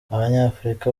abanyafrika